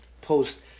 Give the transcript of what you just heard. post